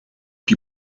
die